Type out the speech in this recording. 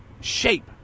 shape